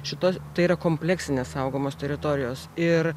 šitos tai yra kompleksinės saugomos teritorijos ir